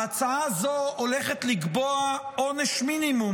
ההצעה הזאת הולכת לקבוע עונש מינימום